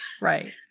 Right